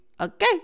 Okay